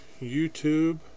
YouTube